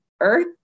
earth